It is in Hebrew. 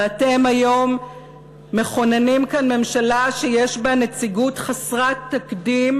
ואתם היום מכוננים כאן ממשלה שיש בה נציגות חסרת תקדים